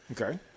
Okay